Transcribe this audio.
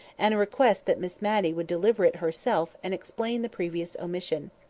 and a request that miss matty would deliver it herself and explain the previous omission.